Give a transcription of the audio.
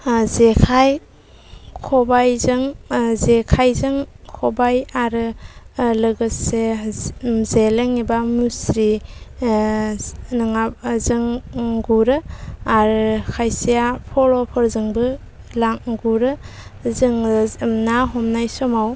जेखाइ खबाइजों जेखाइजों खबाइ आरो लोगोसे जेलें एबा मुस्रि जों गुरो आरो खायसेया फल'फोरजोंबो लां गुरो जोङो ना हमनाय समाव